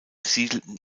siedelten